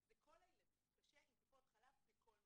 לכל הילדים קשה עם טיפות חלב בכל מקום.